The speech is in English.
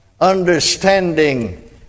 Understanding